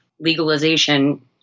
legalization